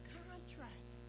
contract